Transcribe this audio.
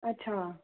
अच्छा